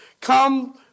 come